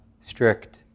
strict